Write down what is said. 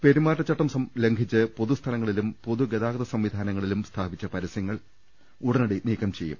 പെരുമാറ്റച്ചട്ടം ലംഘിച്ച് പൊതുസ്ഥലങ്ങളിലും പൊതുഗതാഗത സംവിധാ നങ്ങളിലും സ്ഥാപിച്ച പരസ്യങ്ങൾ ഉടനടി നീക്കം ചെയ്യും